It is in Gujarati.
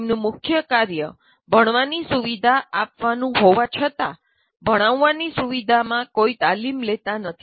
તેમનું મુખ્યકાર્ય ભણવાની સુવિધા આપવાનું હોવા છતાં ભણાવવાની સુવિધામાં કોઈ તાલીમ લેતા નથી